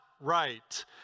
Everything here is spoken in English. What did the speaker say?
right